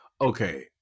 Okay